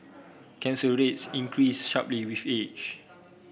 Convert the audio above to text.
cancer rates increase sharply with age